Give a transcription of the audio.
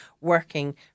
working